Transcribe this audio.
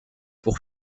pour